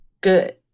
Good